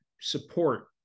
support